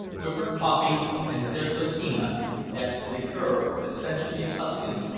took our coffee and certosina, that liqueur essentially tuscan,